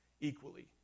equally